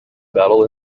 battle